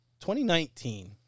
2019